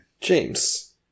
James